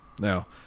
Now